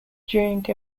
during